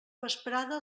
vesprada